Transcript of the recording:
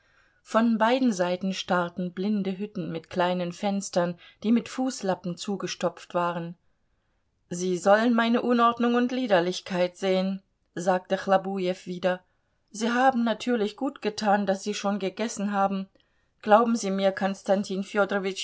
von beiden seiten starrten blinde hütten mit kleinen fenstern die mit fußlappen zugestopft waren sie sollen meine unordnung und liederlichkeit sehen sagte chlobujew wieder sie haben natürlich gut getan daß sie schon gegessen haben glauben sie mir